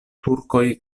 turkoj